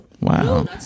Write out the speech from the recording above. Wow